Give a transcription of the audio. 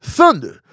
Thunder